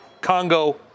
Congo